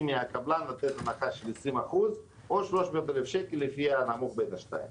מהקבלן לתת הנחה של 20% או 300,000 שקל לפי הנמוך בין השניים.